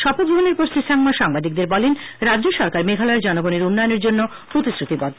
শপথ গ্রহনের পর শ্রী সাংমা সাংবাদিকদের বলেন রাজ্য সরকার মেঘালয়ের জনগনের উন্নয়নের জন্য প্রতিশ্রুতিবদ্ধ